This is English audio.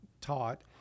taught